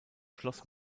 schloss